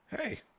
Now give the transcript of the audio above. hey